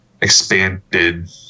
expanded